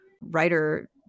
writer